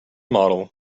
model